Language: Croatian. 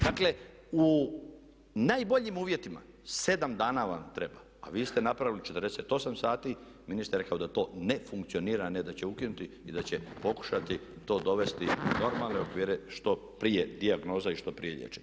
Dakle, u najboljim uvjetima 7 dana vam treba, a vi ste napravili 48 sati, ministar je rekao da to ne funkcionira, a ne da će ukinuti i da će pokušati to dovesti u normalne okvire što prije dijagnoza i što prije liječenje.